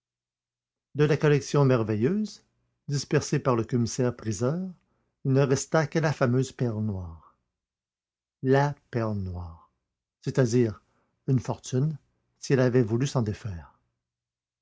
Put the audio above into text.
de la collection merveilleuse dispersée par le commissaire-priseur il ne resta que la fameuse perle noire la perle noire c'est-à-dire une fortune si elle avait voulu s'en défaire